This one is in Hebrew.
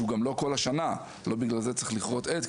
שהוא גם לא כל השנה; לא בגלל זה צריך לכרות עץ,